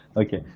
Okay